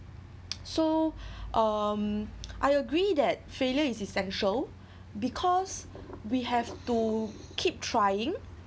so um I agree that failure is essential because we have to keep trying